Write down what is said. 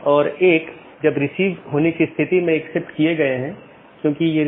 तीसरा वैकल्पिक सकर्मक है जो कि हर BGP कार्यान्वयन के लिए आवश्यक नहीं है